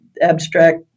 abstract